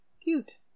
Cute